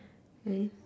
and